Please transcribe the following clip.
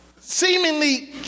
seemingly